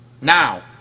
Now